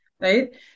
Right